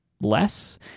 less